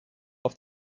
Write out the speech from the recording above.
auf